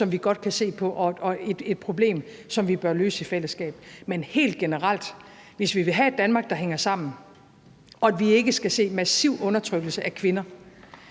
som vi godt kan se på, og et problem, som vi bør løse i fællesskab. Men helt generelt gælder det, at hvis vi vil have et Danmark, der hænger sammen, og vi ikke skal se en massiv undertrykkelse af kvinder,